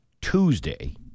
Tuesday